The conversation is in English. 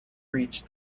reach